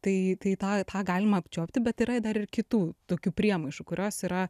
tai tai tą tą galima apčiuopti bet yra dar ir kitų tokių priemaišų kurios yra